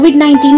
COVID-19